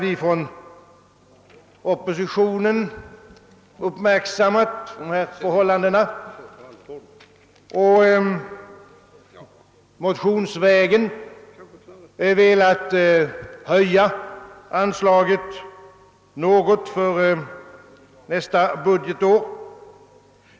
Inom oppositionen har vi uppmärksammat dessa förhållanden, och vi har därför motionsvägen velat åstadkomma en höjning av anslaget för nästa budgetår.